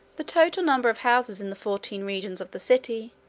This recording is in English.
the total number of houses in the fourteen regions of the city,